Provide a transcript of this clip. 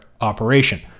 operation